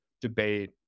debate